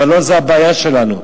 אבל לא זו הבעיה שלנו.